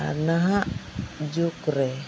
ᱟᱨ ᱱᱟᱦᱟᱜ ᱡᱩᱜᱽᱨᱮ